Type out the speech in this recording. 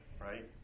right